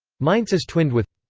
mainz is twinned with